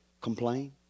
Complain